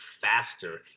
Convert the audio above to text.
faster